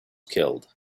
killed